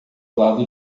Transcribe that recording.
lado